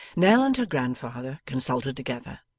nell and her grandfather consulted together,